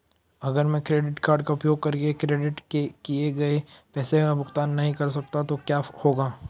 अगर मैं credit card का उपयोग करके क्रेडिट किए गए पैसे का भुगतान नहीं कर सकता तो क्या होगा?